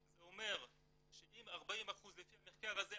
זה אומר שאם 40% לפי המחקר הזה,